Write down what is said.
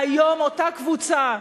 והיום אותה קבוצה,